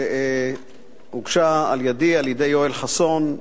שהוגשה על-ידי ועל-ידי יואל חסון,